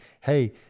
hey